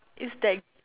it's that